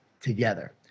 together